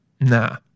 Nah